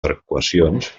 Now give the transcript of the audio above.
arcuacions